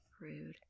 Rude